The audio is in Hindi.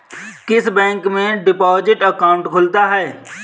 किस बैंक में डिपॉजिट अकाउंट खुलता है?